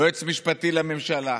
יועץ משפטי לממשלה,